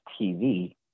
TV